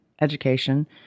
education